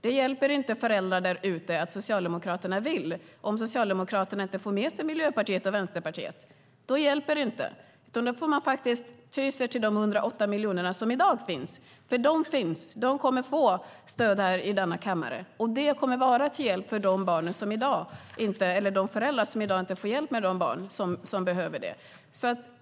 Det hjälper inte föräldrar där ute att Socialdemokraterna vill om Socialdemokraterna inte får med sig Miljöpartiet och Vänsterpartiet. Det hjälper det inte, utan då får man ty sig till de 108 miljoner som i dag finns. De finns, och de kommer att få stöd i denna kammare. De kommer att vara till hjälp för de föräldrar som i dag inte får den hjälp med barnen som de behöver.